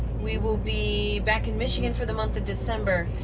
we will be back in michigan for the month of december,